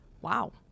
Wow